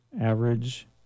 Average